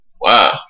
wow